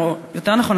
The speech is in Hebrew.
או יותר נכון,